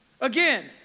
Again